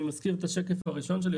אני מזכיר את השקף הראשון שלי,